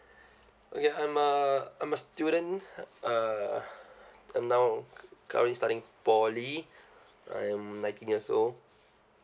okay I'm a I'm a student uh and now currently studying poly I'm nineteen years old